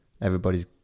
Everybody's